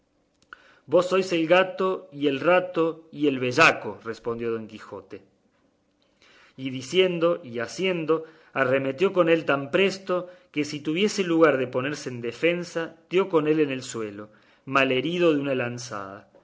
vos sois el gato y el rato y el bellaco respondió don quijote y diciendo y haciendo arremetió con él tan presto que sin que tuviese lugar de ponerse en defensa dio con él en el suelo malherido de una lanzada